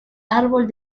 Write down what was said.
árbol